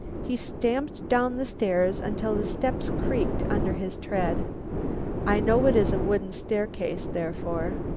he stamped down the stairs until the steps creaked under his tread i know it is a wooden staircase therefore.